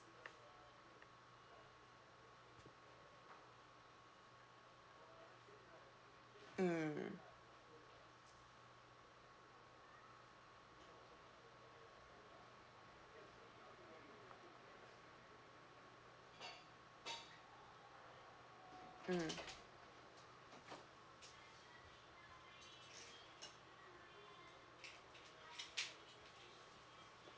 mm mm